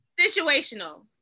Situational